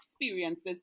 experiences